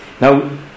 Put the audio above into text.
Now